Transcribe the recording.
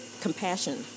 compassion